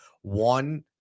one